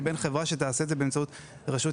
לבין חברה שתעשה את זה באמצעות רשות